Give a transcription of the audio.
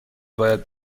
باید